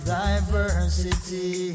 diversity